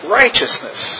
righteousness